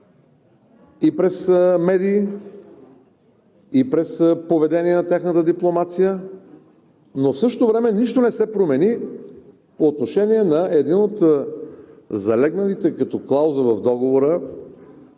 и през медии, и през поведение на тяхната дипломация, но в същото време нищо не се промени по отношение на един от залегналите като клауза в договора